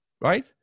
right